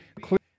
clear